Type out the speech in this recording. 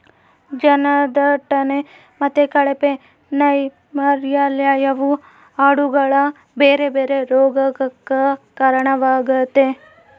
ಜನದಟ್ಟಣೆ ಮತ್ತೆ ಕಳಪೆ ನೈರ್ಮಲ್ಯವು ಆಡುಗಳ ಬೇರೆ ಬೇರೆ ರೋಗಗಕ್ಕ ಕಾರಣವಾಗ್ತತೆ